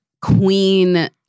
queen